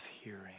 hearing